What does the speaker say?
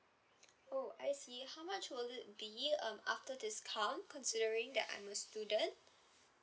oh I see how much will it be um after discount considering that I'm a student